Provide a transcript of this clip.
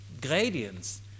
gradients